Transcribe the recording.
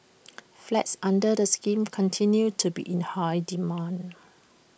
flats under the scheme continue to be in high demand